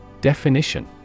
Definition